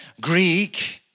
Greek